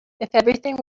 everything